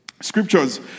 Scriptures